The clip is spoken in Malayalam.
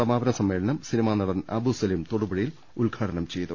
സമാപന സമ്മേളനം സിനിമാ നടൻ അബു സലിം തൊടുപുഴയിൽ ഉദ്ഘാടനം ചെയ്തു